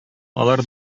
алар